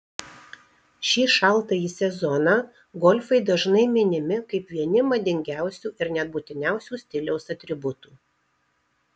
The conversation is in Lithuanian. šį šaltąjį sezoną golfai dažnai minimi kaip vieni madingiausių ir net būtiniausių stiliaus atributų